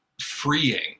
freeing